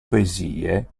poesie